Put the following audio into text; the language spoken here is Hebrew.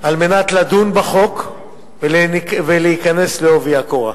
כדי לדון בחוק ולהיכנס בעובי הקורה.